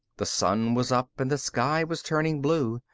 the sun was up and the sky was turning blue.